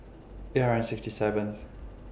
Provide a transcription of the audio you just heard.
eight hundred sixty seventh